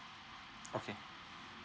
okay